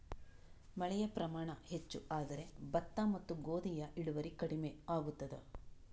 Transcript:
ಮಳೆಯ ಪ್ರಮಾಣ ಹೆಚ್ಚು ಆದರೆ ಭತ್ತ ಮತ್ತು ಗೋಧಿಯ ಇಳುವರಿ ಕಡಿಮೆ ಆಗುತ್ತದಾ?